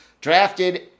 drafted